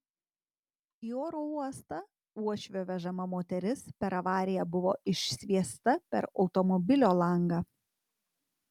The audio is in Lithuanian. į oro uostą uošvio vežama moteris per avariją buvo išsviesta per automobilio langą